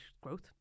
growth